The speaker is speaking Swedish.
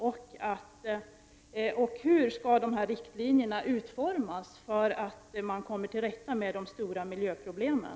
Och hur skall dessa riktlinjer utformas för att man skall kunna komma till rätta med de stora miljöproblemen?